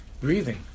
breathing